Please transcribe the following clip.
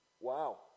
Wow